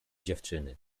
dziewczyny